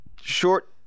short